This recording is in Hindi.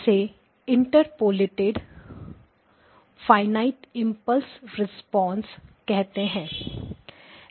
इसे इंटरपोलेटेड फ़ायनाईट इंपल्स रिस्पांस कहते हैं